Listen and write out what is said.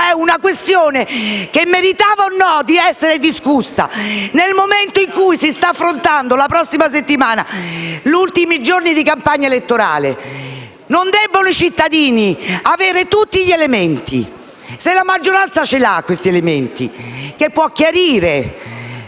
È una questione che meritava o no di essere discussa, nel momento in cui si stanno affrontando - la prossima settimana - gli ultimi giorni di campagna elettorale? Non debbono forse i cittadini avere tutti gli elementi? Se la maggioranza ha questi elementi e può chiarire